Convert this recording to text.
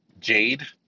Jade